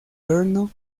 brno